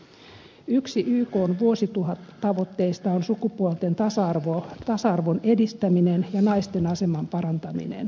yksi ykn vuosituhattavoitteista on sukupuolten tasa arvon edistäminen ja naisten aseman parantaminen